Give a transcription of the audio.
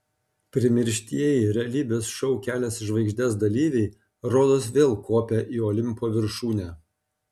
primirštieji realybės šou kelias į žvaigždes dalyviai rodos vėl kopia į olimpo viršūnę